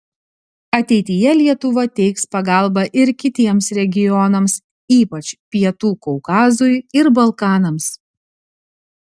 ateityje lietuva teiks pagalbą ir kitiems regionams ypač pietų kaukazui ir balkanams